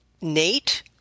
Nate